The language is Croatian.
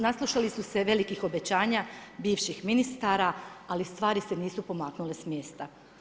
Naslušali su se velikih obećanja bivših ministara ali stvari se nisu pomaknule s mjesta.